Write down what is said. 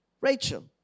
Rachel